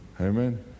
Amen